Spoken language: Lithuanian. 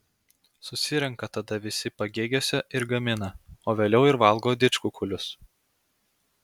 susirenka tada visi pagėgiuose ir gamina o vėliau ir valgo didžkukulius